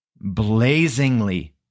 blazingly